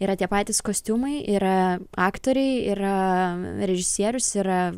yra tie patys kostiumai yra aktoriai yra režisierius yra